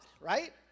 right